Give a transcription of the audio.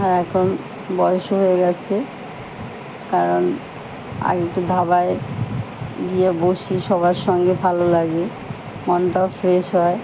আর এখন বয়স হয়ে গেছে কারণ আগে একটু ধাবায় গিয়ে বসি সবার সঙ্গে ভালো লাগে মনটাও ফ্রেশ হয়